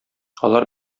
алар